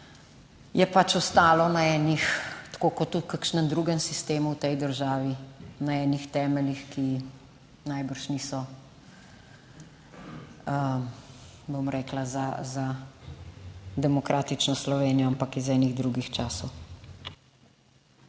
je pač ostalo na enih, tako kot v kakšnem drugem sistemu v tej državi, na enih temeljih, ki najbrž niso bom rekla za demokratično Slovenijo, ampak iz enih drugih časov.